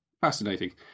fascinating